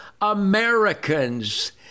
Americans